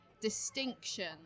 distinction